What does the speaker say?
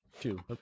Two